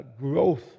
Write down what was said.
growth